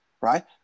right